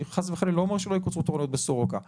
אני חס וחלילה לא אומר שלא יקוצרו תורנויות ביוספטל,